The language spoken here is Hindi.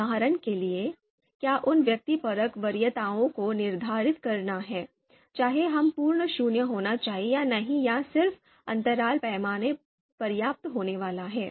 उदाहरण के लिए क्या उन व्यक्तिपरक वरीयताओं को निर्धारित करना है चाहे हम पूर्ण शून्य होना चाहें या नहीं या सिर्फ अंतराल पैमाने पर्याप्त होने वाला है